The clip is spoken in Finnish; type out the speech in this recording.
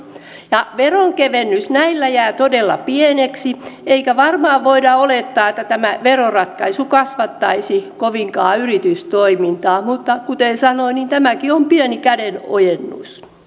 veronkevennys näillä jää todella pieneksi eikä varmaan voida olettaa että tämä veroratkaisu kasvattaisi kovinkaan yritystoimintaa mutta kuten sanoin tämäkin on pieni kädenojennus